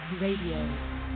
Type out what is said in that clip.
Radio